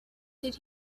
did